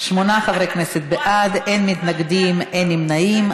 שמונה חברי כנסת בעד, אין מתנגדים, אין נמנעים.